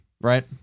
right